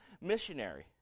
missionary